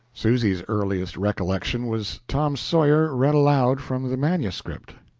susy's earliest recollection was tom sawyer read aloud from the manuscript.